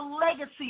legacy